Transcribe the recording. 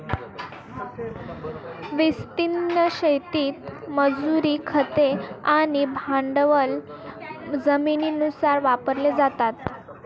विस्तीर्ण शेतीत मजुरी, खते आणि भांडवल जमिनीनुसार वापरले जाते